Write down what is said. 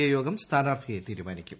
A യോഗം സ്ഥാനാർത്ഥിയെ തീരുമാനിക്കും